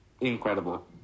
Incredible